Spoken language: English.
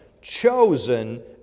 chosen